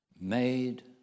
made